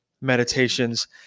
Meditations